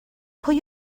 pwy